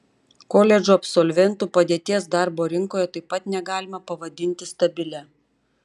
koledžų absolventų padėties darbo rinkoje taip pat negalima pavadinti stabilia